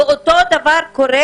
אותו דבר קורה: